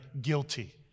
Guilty